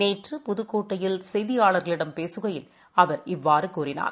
நேற்று புதுக்கோட்டையில் செய்தியாளர்களிடம் பேசுகையில் அவர் இவ்வாறுகூறினார்